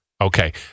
Okay